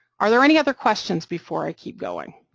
are there any other questions before i keep going?